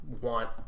want